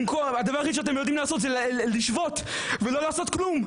הדבר היחיד שאתם יודעים לעשות זה לשבות ולא לעשות כלום.